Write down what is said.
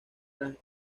tras